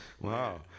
Wow